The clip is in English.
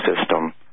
system